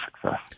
success